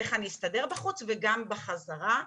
איך אני אסתדר בחוץ?" וגם בחזרה.